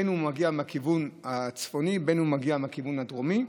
בין שהוא מגיע מהכיוון הצפוני ובין שהוא מגיע מהכיוון הדרומי.